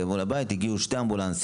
מול הבית הגיעו שני האמבולנסים,